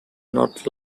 not